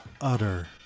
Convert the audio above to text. utter